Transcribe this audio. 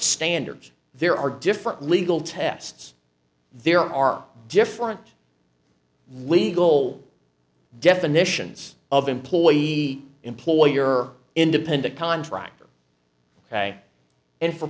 standards there are different legal tests there are different legal definitions of employee employer independent contractor ok and for